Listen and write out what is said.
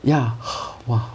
ya !wah!